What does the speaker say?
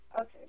Okay